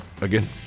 again